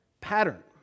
pattern